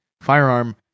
firearm